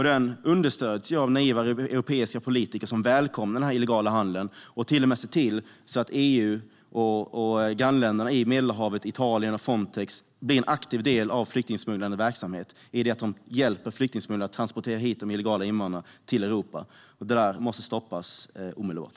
Den understöds av naiva europeiska politiker som välkomnar den illegala handeln och till och med ser till att EU, grannländerna i Medelhavet, Italien och Frontex blir en aktiv del av den flyktingsmugglande verksamheten genom att hjälpa flyktingsmugglarna att transportera hit de illegala invandrarna till Europa. Det måste stoppas omedelbart.